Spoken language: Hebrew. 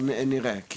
אבל אנחנו כבר נראה.